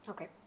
Okay